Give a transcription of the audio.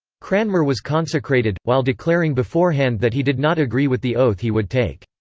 cranmer was consecrated, while declaring beforehand that he did not agree with the oath he would take.